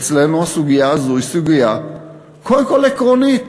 אצלנו הסוגיה הזו היא סוגיה קודם כול עקרונית.